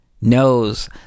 knows